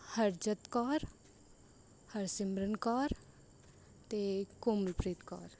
ਹਰਜੋਤ ਕੌਰ ਹਰਸਿਮਰਨ ਕੌਰ ਅਤੇ ਕੋਮਲਪ੍ਰੀਤ ਕੌਰ